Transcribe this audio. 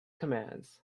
commands